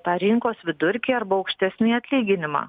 tą rinkos vidurkį arba aukštesnį atlyginimą